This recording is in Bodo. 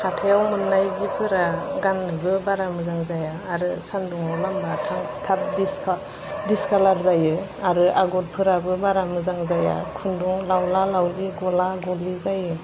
हाथाइयाव मोननाय जिफोरा गाननोबो बारा मोजां जाया आरो सानदुंआव लामोबा थाब दिसकालार जायो आरो आगरफोराबो बारा मोजां जाया खुन्दुं लावला लावलि गला गलि जायो